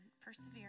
persevere